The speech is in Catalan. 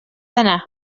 anar